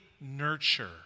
nurture